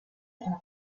stadt